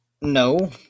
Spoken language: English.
no